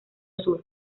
sur